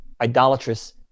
idolatrous